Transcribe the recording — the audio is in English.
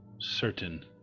certain